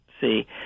see